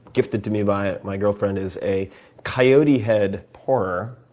gifted to me by my girlfriend is a coyote head pourer,